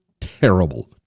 terrible